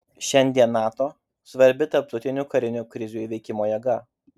šiandien nato svarbi tarptautinių karinių krizių įveikimo jėga